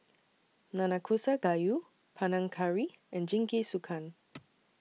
Nanakusa Gayu Panang Curry and Jingisukan